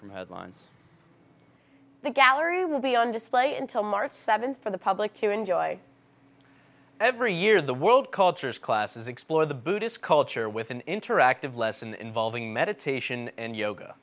from headlines the gallery will be on display until march seventh for the public to enjoy every year the world cultures class is explore the buddhist culture with an interactive lesson involving meditation and yoga